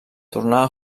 tornar